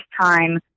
time